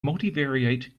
multivariate